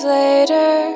later